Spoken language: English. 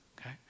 okay